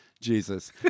jesus